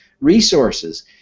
resources